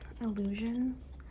illusions